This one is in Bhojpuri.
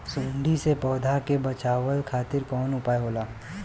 सुंडी से पौधा के बचावल खातिर कौन उपाय होला?